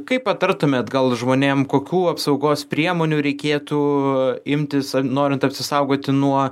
kaip patartumėt gal žmonėm kokių apsaugos priemonių reikėtų imtis norint apsisaugoti nuo